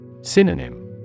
Synonym